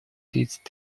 тридцать